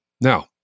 Now